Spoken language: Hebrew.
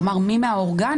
כלומר מי מהאורגנים,